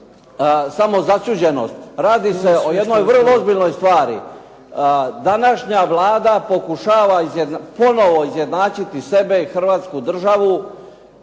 samo začuđenost. Radi se o jednoj vrlo ozbiljnoj stvari. Današnja Vlada pokušava ponovo izjednačiti sebe i Hrvatsku državu,